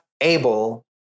able